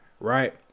right